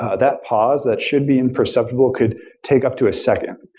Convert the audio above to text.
ah that pause that should be imperceptible could take up to a second,